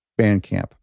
Bandcamp